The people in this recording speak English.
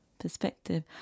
perspective